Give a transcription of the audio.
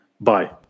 Bye